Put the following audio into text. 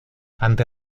ante